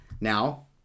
now